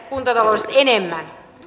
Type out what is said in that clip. kuntataloudesta enemmän